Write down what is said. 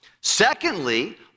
Secondly